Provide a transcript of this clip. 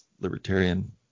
libertarian